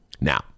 Now